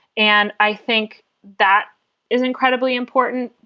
and i think that is incredibly important.